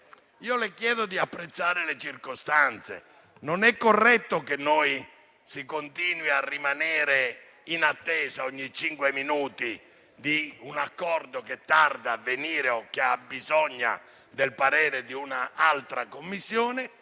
le chiedo di apprezzare le circostanze; non è corretto che noi si continui a rimanere in attesa, ogni cinque minuti, di un accordo che tarda a venire o che ha bisogno del parere di un'altra Commissione.